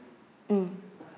mm